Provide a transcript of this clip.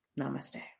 Namaste